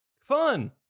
Fun